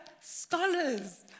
scholars